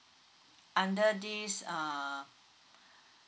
under this err